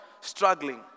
struggling